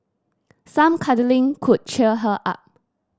some cuddling could cheer her up